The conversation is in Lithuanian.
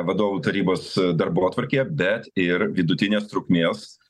vadovų tarybos darbotvarkėje bet ir vidutinės trukmės